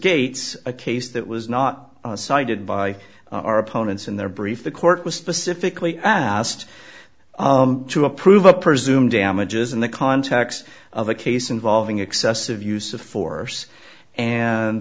gates a case that was not cited by our opponents in their if the court was specifically asked to approve a presumed damages in the context of a case involving excessive use of force and